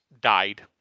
died